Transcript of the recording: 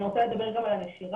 אני רוצה לדבר גם על הנשירה.